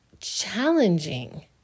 challenging